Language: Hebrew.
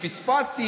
תציגו את